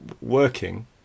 working